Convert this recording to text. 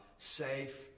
safe